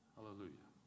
Hallelujah